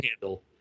handle